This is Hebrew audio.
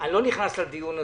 אני לא נכנס לדיון הזה.